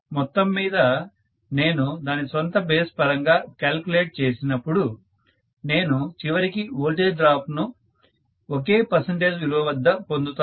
మొత్తంమీద నేను దాని స్వంత బేస్ పరంగా క్యాలిక్యులేట్ చేసినపుడు నేను చివరికి వోల్టేజ్ డ్రాప్ లను ఒకే పర్సంటేజ్ విలువ వద్ద పొందుతాను